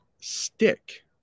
stick